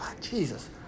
Jesus